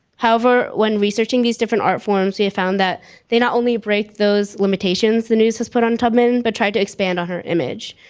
however, when researching these different art forms, we have found that they not only break those limitations the news has put on tubman, but tried to expand on her image.